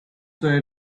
were